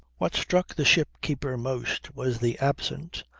what struck the ship-keeper most was the absent,